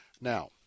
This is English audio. Now